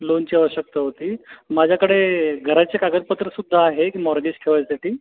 लोनची आवश्यकता होती माझ्याकडे घराचे कागदपत्रसुद्धा आहे एक मॉर्गेज ठेवण्यासाठी